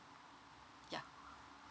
ya